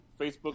Facebook